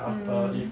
mm